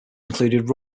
included